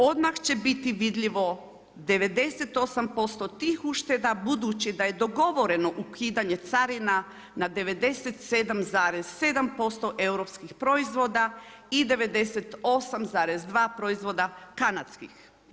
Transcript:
Odmah će biti vidljivo 98% tih ušteda, budući da je dogovoreno ukidanje carina na 97,7% europskih proizvoda i 98,2 proizvoda kanadskih.